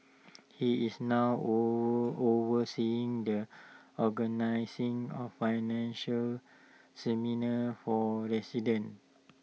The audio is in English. he is now over overseeing the organising of financial seminars for residents